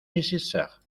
nécessaire